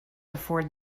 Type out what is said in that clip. afford